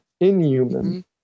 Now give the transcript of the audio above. inhuman